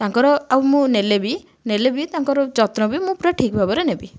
ତାଙ୍କର ଆଉ ମୁଁ ନେଲେ ବି ନେଲେ ବି ତାଙ୍କର ଯତ୍ନ ବି ମୁଁ ପୁରା ଠିକ୍ ଭାବରେ ନେବି